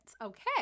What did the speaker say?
Okay